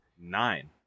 Nine